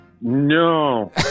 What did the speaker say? No